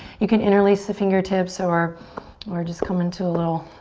you can interlace the fingertips or or just come into a little